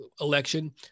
election